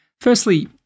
Firstly